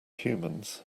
humans